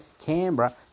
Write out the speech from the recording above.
Canberra